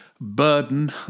burden